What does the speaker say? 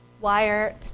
wire